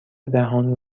دهان